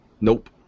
nope